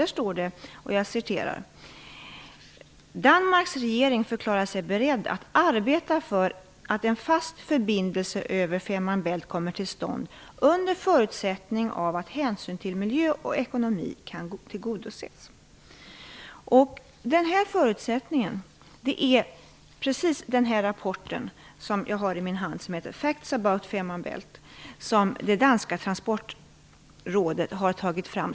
Där står det: Danmarks regering förklarar sig beredd att arbeta för att en fast förbindelse över Fehmarn Bält kommer till stånd under förutsättning av att hänsyn till miljö och ekonomi kan tillgodoses. Den här förutsättningen är precis den rapport som jag har i min hand, som heter Facts about Fehmarn Bält och som det danska transportrådet har tagit fram.